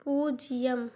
பூஜ்ஜியம்